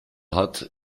hat